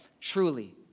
truly